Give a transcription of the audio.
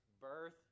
birth